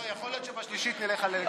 לא, יכול להיות שבשלישית נלך על אלקטרונית.